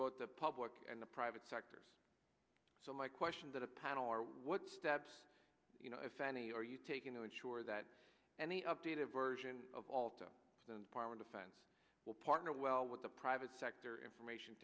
vote the public and the private sectors so my question that a panel what steps you know if any are you taking the ensure that and the updated version of all to our defense will partner well with the private sector information